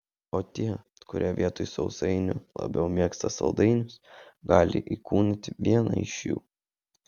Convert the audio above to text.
o tie kurie vietoj sausainių labiau mėgsta saldainius gali įkūnyti vieną iš jų